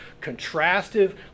Contrastive